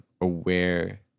aware